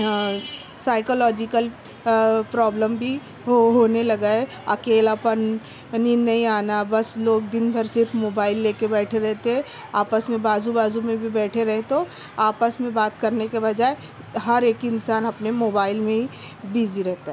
psychological problem بھی ہو ہونے لگا ہے اکیلا پن نیند نہیں آنا بس لوگ دن بھر صرف موبائل لے کے بیٹھے رہتے ہیں آپس میں بازو بازو میں بھی بیٹھے رہیں تو آپس میں بات کرنے کے بجائے ہر ایک انسان اپنے موبائل میں ہی بزی رہتا ہے